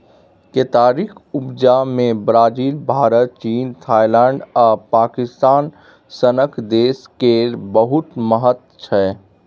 केतारीक उपजा मे ब्राजील, भारत, चीन, थाइलैंड आ पाकिस्तान सनक देश केर बहुत महत्व छै